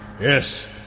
Yes